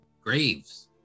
graves